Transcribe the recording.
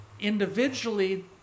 individually